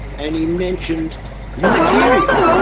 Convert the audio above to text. and he mentioned nigeria.